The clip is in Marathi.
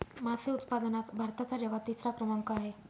मासे उत्पादनात भारताचा जगात तिसरा क्रमांक आहे